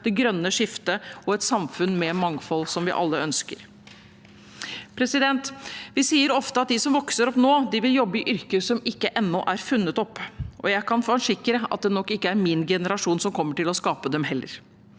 det grønne skiftet og et samfunn med mangfold, som vi alle ønsker. Vi sier ofte at de som vokser opp nå, vil jobbe i yrker som ennå ikke er funnet opp, og jeg kan forsikre om at det nok ikke er min generasjon som kommer til å skape dem heller.